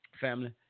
Family